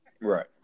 Right